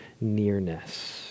nearness